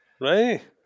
Right